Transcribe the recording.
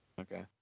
Okay